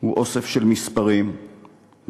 הוא אוסף של מספרים ונושאים